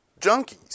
junkies